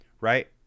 right